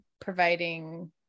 providing